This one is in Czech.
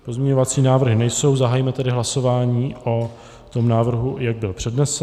Pozměňovací návrhy nejsou, zahájíme tedy hlasování o tom návrhu, jak byl přednesen.